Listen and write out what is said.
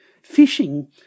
Fishing